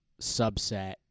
subset